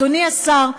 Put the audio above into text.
אדוני השר,